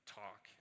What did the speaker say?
talk